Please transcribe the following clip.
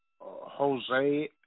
Jose